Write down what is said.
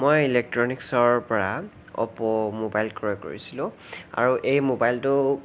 মই ইলেক্ট্ৰনিকছৰ পৰা অপ্প' মোবাইল ক্ৰয় কৰিছিলোঁ আৰু এই মোবাইলটো